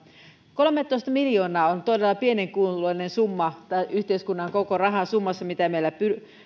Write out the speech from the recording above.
kolmetoista miljoonaa on todella pienen kuuloinen summa tämän yhteiskunnan koko rahasummassa mitä meillä